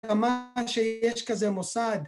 למה שיש כזה מוסד